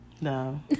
No